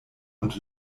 und